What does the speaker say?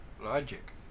logic